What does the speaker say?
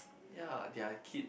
ya they are kids